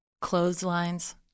clotheslines